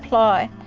ply,